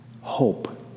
Hope